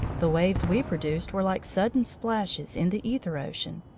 the waves we produced were like sudden splashes in the aether ocean,